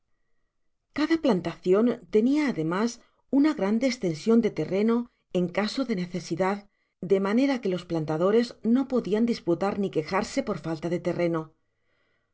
cada plantacion tenia ademas una grande estension de terreno en caso de necesidad de manera que los plantadores no podian disputar ni quejarse por falta de terreno